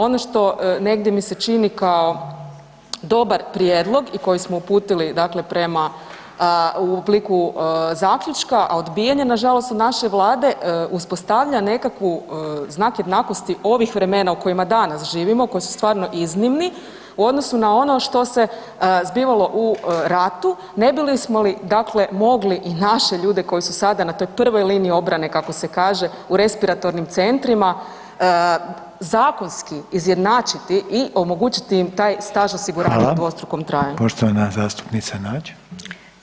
Ono što negdje mi se čini kao dobar prijedlog i koji smo uputili dakle prema u obliku zaključka, a odbijen je nažalost od naše Vlade, uspostavlja nekakvu znak jednakosti ovih vremena u kojima danas živimo koji su stvarno iznimni u odnosu na ono što se zbivalo u ratu ne bismo li dakle mogli naše ljude koji su sada na toj prvoj liniji obrane kako se kaže u respiratornim centrima, zakonski izjednačiti i omogućiti im taj staž osiguranja [[Upadica: Hvala.]] u dvostrukom trajanju.